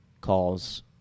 calls